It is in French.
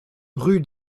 rue